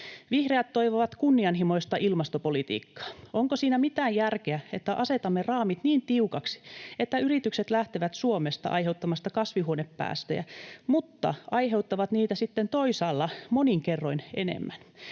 Vihreät toivovat kunnianhimoista ilmastopolitiikkaa. Onko siinä mitään järkeä, että asetamme raamit niin tiukoiksi, että yritykset lähtevät Suomesta aiheuttamasta kasvihuonepäästöjä mutta aiheuttavat niitä sitten toisaalla monin kerroin enemmän?